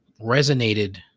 resonated